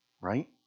Right